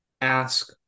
ask